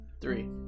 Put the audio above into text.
Three